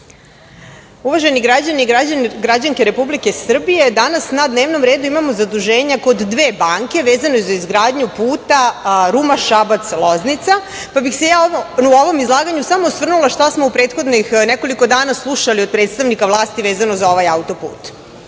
Uvaženi građani i građanke Republike Srbije, danas na dnevnom redu imamo zaduženja kod dve banke, a vezano za izgradnju puta Ruma-Šabac-Loznica, pa bih se ja u ovom izlaganju samo osvrnula šta smo u prethodnih nekoliko dana slušali od predstavnika vlasti vezano za ovaj autoput. Ukratko,